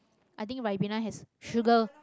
i think ribena has sugar